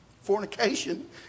Fornication